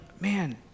man